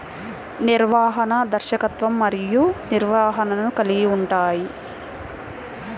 నిర్వహణ, దర్శకత్వం మరియు నిర్వహణను కలిగి ఉంటాయి